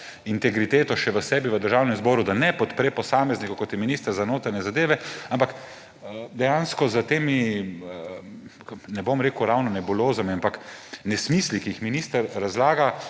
integriteto še v sebi, da ne podpre posameznika, kot je minister za notranje zadeve. Ampak dejansko s temi, ne bom rekel ravno nebulozami, ampak nesmisli, ki jih minister razlaga,